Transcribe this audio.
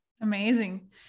Amazing